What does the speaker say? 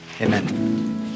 Amen